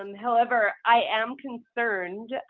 um however, i am concerned yeah